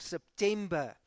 September